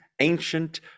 ancient